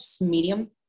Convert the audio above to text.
medium